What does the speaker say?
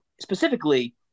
specifically